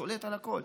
שולט על הכול.